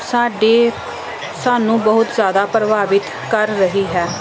ਸਾਡੇ ਸਾਨੂੰ ਬਹੁਤ ਜ਼ਿਆਦਾ ਪ੍ਰਭਾਵਿਤ ਕਰ ਰਹੀ ਹੈ